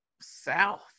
south